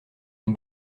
une